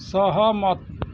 ସହମତ